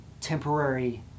temporary